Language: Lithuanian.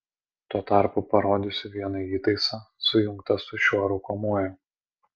tuo tarpu parodysiu vieną įtaisą sujungtą su šiuo rūkomuoju